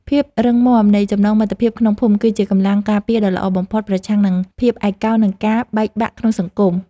ភាពរឹងមាំនៃចំណងមិត្តភាពក្នុងភូមិ គឺជាកម្លាំងការពារដ៏ល្អបំផុតប្រឆាំងនឹងភាពឯកោនិងការបែកបាក់ក្នុងសង្គម។